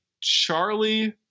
Charlie